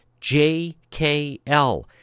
JKL